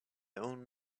own